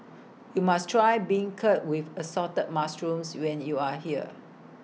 YOU must Try Beancurd with Assorted Mushrooms when YOU Are here